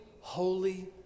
holy